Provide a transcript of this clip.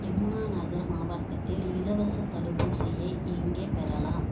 யமுனாநகர் மாவட்டத்தில் இலவசத் தடுப்பூசியை எங்கே பெறலாம்